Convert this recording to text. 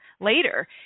later